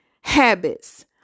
habits